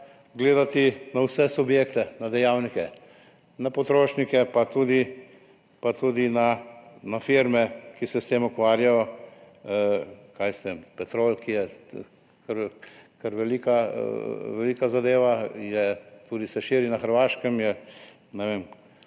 gledati na vse subjekte, na dejavnike, na potrošnike, pa tudi na firme, ki se s tem ukvarjajo – Petrol, ki je kar veliko podjetje, se širi tudi na Hrvaškem, ne vem,